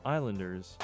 Islanders